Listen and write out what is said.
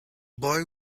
boy